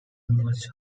much